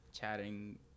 Chatting